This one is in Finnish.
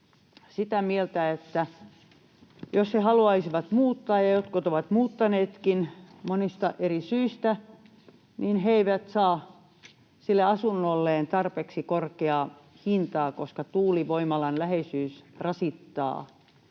jos he haluaisivat muuttaa, ja jotkut ovat muuttaneetkin monista eri syistä, niin he eivät saa sille asunnolleen tarpeeksi korkeaa hintaa, koska tuulivoimalan läheisyys rasittaa